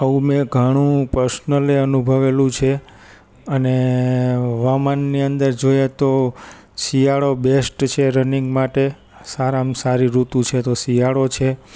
આવું મેં ઘણું પ્રસનલી અનુભવેલું છે અને હવામાનની અંદર જોઈએ તો શિયાળો બેસ્ટ છે રનિંગ માટે સારામાં સારી ઋતુ છે તો શિયાળો છે